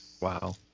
Wow